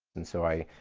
and so i